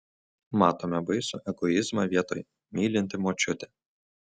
matome baisų egoizmą vietoj mylinti močiutė